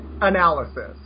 analysis